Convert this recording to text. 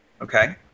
Okay